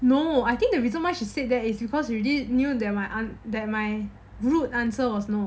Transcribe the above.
no I think the reason why should said there is because you already knew there my aunt that my route answer was no